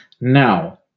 Now